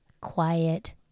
quiet